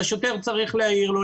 השוטר צריך להעיר לו,